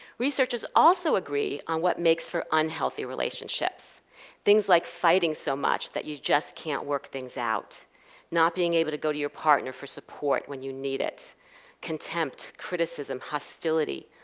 researchers also agree on what makes for unhealthy relationships things like fighting so much that you just can't work things out not being able to go to your partner for support when you need it contempt, criticism, hostility,